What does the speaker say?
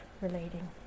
relating